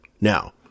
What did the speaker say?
Now